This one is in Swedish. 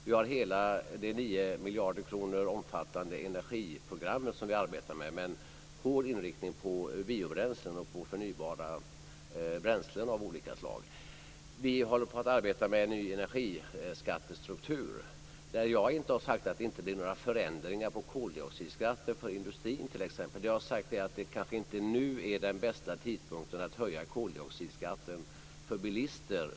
Vi arbetar med hela energiprogrammet, som omfattar 9 miljarder kronor, med en hård inriktning på biobränslen och på förnybara bränslen av olika slag. Vi håller på att arbeta med en ny energiskattestruktur. Jag har inte sagt att det inte blir några förändringar när det gäller koldioxidskatten för industrin, t.ex. Jag har sagt att nu kanske inte är den bästa tidpunkten att höja koldioxidskatten för bilister.